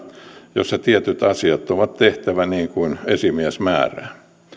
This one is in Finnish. jossa tietyt asiat on tehtävä niin kuin esimies määrää